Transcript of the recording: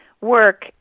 work